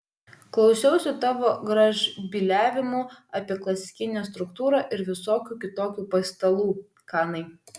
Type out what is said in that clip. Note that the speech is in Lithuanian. klausiausi tavo gražbyliavimų apie klasikinę struktūrą ir visokių kitokių paistalų kanai